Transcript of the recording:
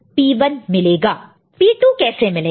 तो P2 कैसे मिलेगा